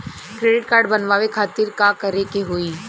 Credit card बनवावे खातिर का करे के होई?